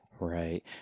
Right